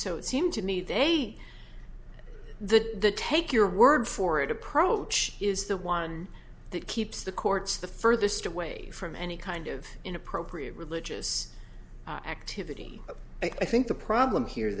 so it seemed to me they the take your word for it approach is the one that keeps the courts the furthest away from any kind of inappropriate religious activity i think the problem here